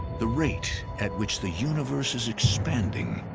the rate at which the universe is expanding.